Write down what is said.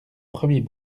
premiers